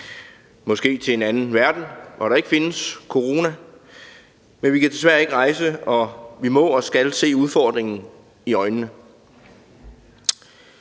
måske til en anden verden, hvor der ikke findes corona – men vi kan desværre ikke rejse, og vi må og skal se udfordringen i øjnene.